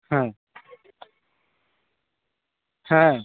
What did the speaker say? হ্যাঁ হ্যাঁ